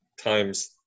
times